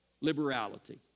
liberality